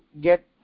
get